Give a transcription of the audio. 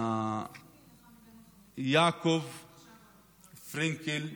יעקב פרנקל,